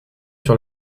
sur